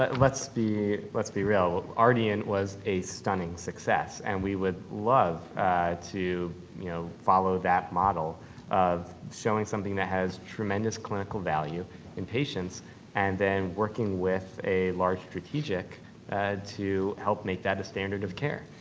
but let's be let's be real. and was a stunning success and we would love to you know follow that model of showing something that has tremendous clinical value in patients and then working with a large strategic to help make that a standard of care.